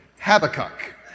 Habakkuk